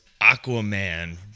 Aquaman